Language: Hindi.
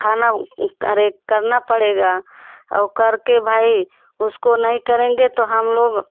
खाना अरे करना पड़ेगा और करके भाई उसको नहीं करेंगे तो हम लोग